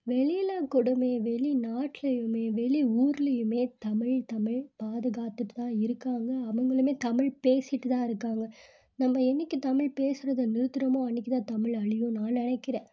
வெளியில் கூடயுமே வெளிநாட்லேயுமே வெளி ஊர்லேயுமே தமிழ் தமிழ் பாதுகாத்துகிட்டு தான் இருக்காங்க அவங்களுமே தமிழ் பேசிகிட்டு தான் இருக்காங்க நம்ம என்றைக்கு தமிழ் பேசுகிறத நிறுத்துகிறமோ அன்றைக்கு தான் தமிழ் அழியுன்னு நான் நினைக்குறேன்